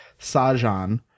sajan